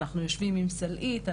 אנחנו יושבים עם סלעית,